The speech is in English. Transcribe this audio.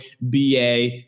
BA